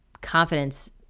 confidence